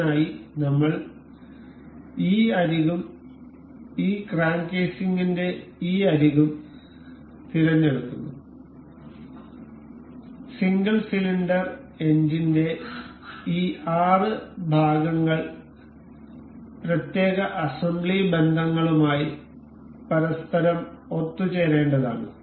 ഇതിനായി നമ്മൾ ഈ അരികും ഈ ക്രാങ്ക് കേസിംഗിന്റെ ഈ അരികും തിരഞ്ഞെടുക്കുന്നു സിംഗിൾ സിലിണ്ടർ എഞ്ചിന്റെ ഈ 6 ഭാഗങ്ങൾ പ്രത്യേക അസംബ്ലി ബന്ധങ്ങളുമായി പരസ്പരം ഒത്തുചേരേണ്ടതാണ്